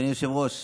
אדוני היושב-ראש,